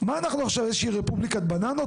מה אנחנו נמצאים ברפובליקת בננות?